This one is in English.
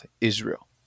Israel